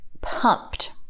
pumped